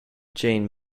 jean